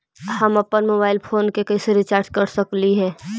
हम अप्पन mobile phone के कैसे रिचार्ज कर सकली हे?